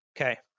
Okay